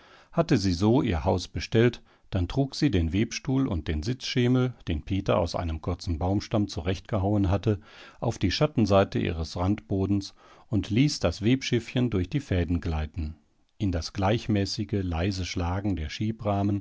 hatte sie so ihr haus bestellt dann trug sie den webstuhl und den sitzschemel den peter aus einem kurzen baumstamm zurechtgehauen hatte auf die schattenseite ihres randbodens und ließ das webschiffchen durch die fäden gleiten in das gleichmäßige leise schlagen der